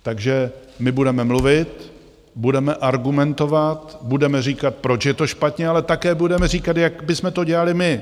Takže my budeme mluvit, budeme argumentovat, budeme říkat, proč je to špatně, ale také budeme říkat, jak bychom to dělali my.